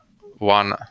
one